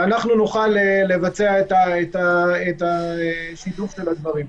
ואנחנו נוכל לבצע את שיתוף הדברים.